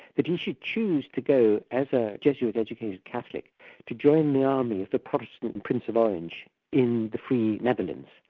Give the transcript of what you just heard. that he should choose to go as a jesuit-educated catholic to join the army of the protestant and prince of orange in the free netherlands,